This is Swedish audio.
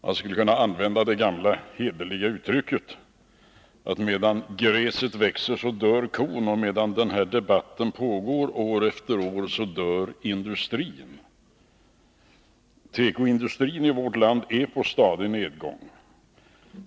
Jag skulle kunna använda det gamla hederliga uttrycket, att medan gräset växer, dör kon. Medan den här debatten pågår år efter år, dör industrin. Tekoindustrin i vårt land är på stadig nedgång.